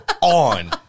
On